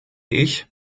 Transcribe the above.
ich